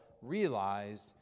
realized